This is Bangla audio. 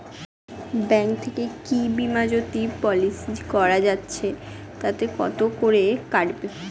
ব্যাঙ্ক থেকে কী বিমাজোতি পলিসি করা যাচ্ছে তাতে কত করে কাটবে?